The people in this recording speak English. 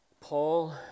Paul